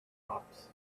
hops